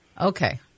Okay